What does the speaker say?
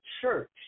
church